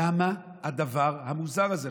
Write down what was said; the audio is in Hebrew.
למה הדבר המוזר הזה?